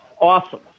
awesome